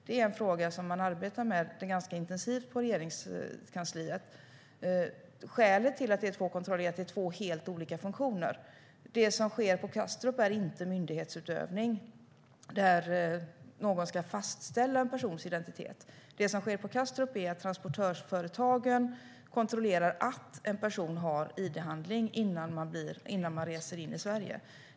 Det är en fråga som det arbetas med ganska intensivt på Regeringskansliet. Skälet till att det är två kontroller är att det är två helt olika funktioner. Det som sker på Kastrup är inte myndighetsutövning där någon ska fastställa en persons identitet. Det som sker på Kastrup är att transportörsföretagen kontrollerar att en person har id-handling innan personen reser in i Sverige.